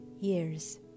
years